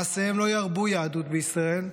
מעשיהם לא ירבו יהדות בישראל,